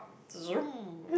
zoom